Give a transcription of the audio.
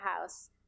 house